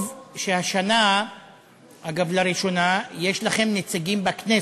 טוב שהשנה, אגב, לראשונה, יש לכם נציגים בכנסת,